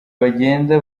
bagenda